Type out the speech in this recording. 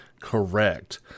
correct